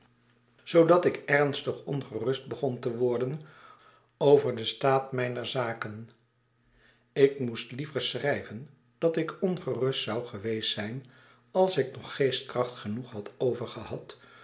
zoodat ik ernstig ongerust begon te worden over den staat mijner zaken ik moest liever schrijven dat ik ongerust zou geweest zijn als ik nog geestkracht genoeg had